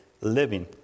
living